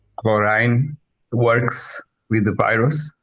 chlorine works with the virus?